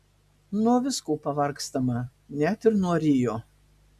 nuo visko pavargstama net ir nuo rio